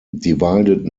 divided